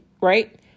right